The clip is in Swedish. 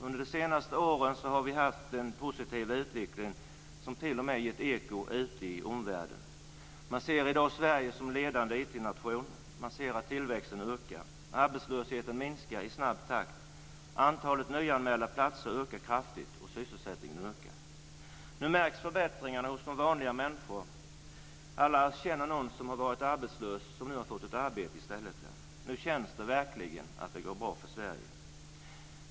Under det senaste året har vi haft en positiv utveckling som t.o.m. gett eko ute i omvärlden. Man ser i dag Sverige som ledande IT-nation. Man ser att tillväxten ökar, arbetslösheten minskar i snabb takt, antalet nyanmälda platser ökar kraftigt och sysselsättningen ökar. Nu märks förbättringarna hos vanliga människor. Alla känner någon som har varit arbetslös men som nu har fått ett arbete i stället. Nu känns det verkligen att det går bra för Sverige.